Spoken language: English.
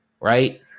right